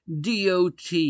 DOT